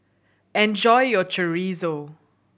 enjoy your Chorizo